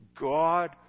God